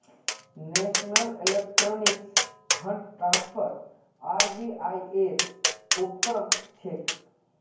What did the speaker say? national electronic fund transfer RBI ऐर उपक्रम छेक